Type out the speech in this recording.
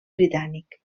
britànic